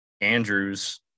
Andrews